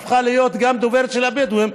הפכה להיות גם דוברת של הבדואים,